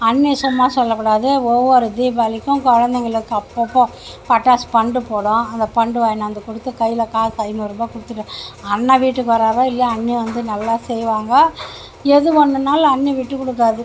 அண்ணி சும்மா சொல்லக்கூடாது ஒவ்வொரு தீபாவளிக்கும் குழந்தைங்களுக்கு அப்பப்போ பட்டாசு பண்டு போடும் அந்த பண்டு வாய்ண்டு வந்து கொடுத்து கையில் காசு ஐநூறு ரூபாய் கொடுத்துட்டு அண்ணன் வீட்டுக்கு வராரோ இல்லையோ அண்ணி வந்து நல்லா செய்வாங்க எது ஒன்றுனாலும் அண்ணி விட்டு கொடுக்காது